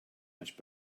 much